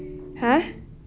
!huh!